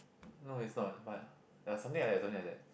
no is not but ya something like that something like that